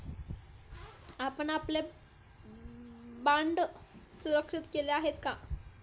आपण आपले बाँड सुरक्षित केले आहेत का?